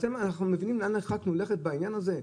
אנחנו מבינים לאן הרחקנו לכת בעניין הזה?